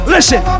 Listen